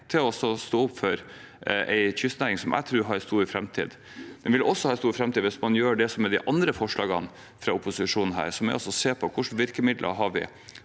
til å stå opp for en kystnæring som jeg tror har en stor framtid. Den vil også ha en stor framtid hvis man følger de andre forslagene fra opposisjonen. Det dreier seg om å se på hvilke virkemidler vi har.